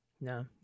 No